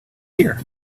here